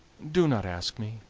do not ask me